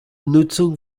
nutzung